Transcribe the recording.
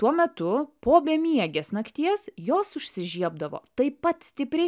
tuo metu po bemiegės nakties jos užsižiebdavo taip pat stipriai